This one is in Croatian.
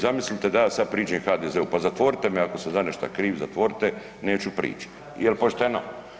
Zamislite da ja sada priđem HDZ-u, pa zatvorite me ako sam za nešto kriv, zatvorite, neću prić, jel pošteno?